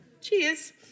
Cheers